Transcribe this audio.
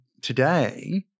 today